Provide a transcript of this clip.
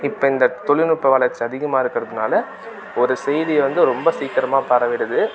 இப்போ இந்த தொழில்நுட்ப வளர்ச்சி அதிகமாக இருக்கிறதுனால ஒரு செய்தி வந்து ரொம்ப சீக்கிரமாக பரவிடுது